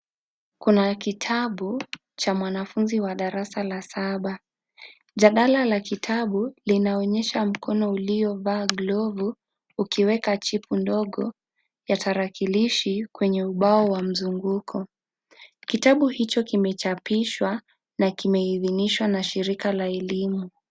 Kuna kitabu, cha mwanafunzi wa darasa la saba, jadala la kitabu, linaonyesha mkono uliovaa glovu, ukiweka chipu ndogo, ya tarakilishi, kwenye ubao wa mzunguko, kitabu hicho kimechapishwa, na kimeithinishwa na shirika la elimu.